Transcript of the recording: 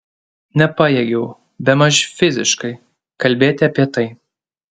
nepajėgiau bemaž fiziškai kalbėti apie tai